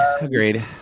Agreed